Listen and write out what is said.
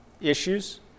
issues